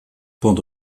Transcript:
port